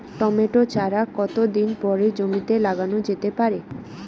Tomato চারা কতো দিন পরে জমিতে লাগানো যেতে পারে?